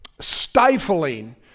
stifling